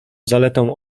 zaletą